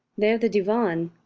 there the divan,